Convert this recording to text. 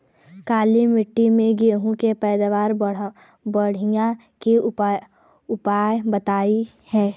काली मिट्टी में गेहूँ के पैदावार बढ़ावे के उपाय बताई?